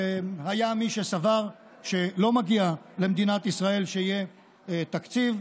היה מי שסבר שלא מגיע למדינת ישראל שיהיה לה תקציב.